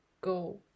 go